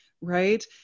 right